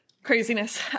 craziness